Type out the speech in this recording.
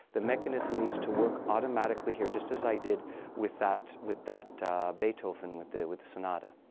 the mechanism needs to work automatically here, just as i did with that with that beethoven, with the with the sonata.